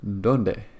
donde